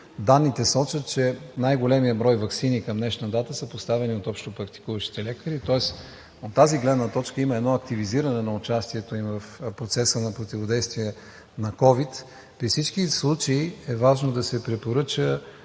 данните сочат, че най-големият брой ваксини към днешна дата са поставени от общопрактикуващите лекари. Тоест от тази гледна точка има едно активизиране на участието им в процеса на противодействие на ковид. При всички случаи е важно да се препоръча